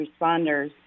responders